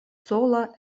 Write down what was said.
sola